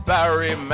Barry